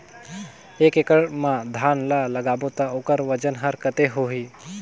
एक एकड़ मा धान ला लगाबो ता ओकर वजन हर कते होही?